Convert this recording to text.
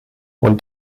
und